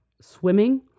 swimming